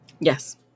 Yes